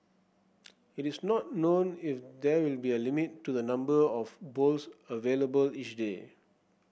it is not known if there will be a limit to the number of bowls available each day